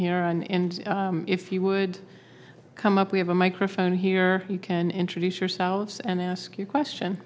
here and if you would come up we have a microphone here you can introduce yourselves and ask your question